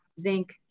zinc